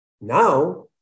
Now